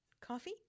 Coffee